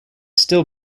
still